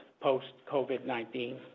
post-COVID-19